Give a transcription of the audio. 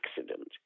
accident